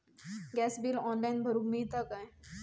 Gas bill online भरुक मिळता काय?